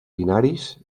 binaris